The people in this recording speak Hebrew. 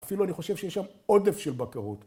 אפילו אני חושב שיש שם עודף של בקרות.